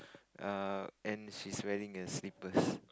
err and she is wearing a slippers